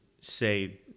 say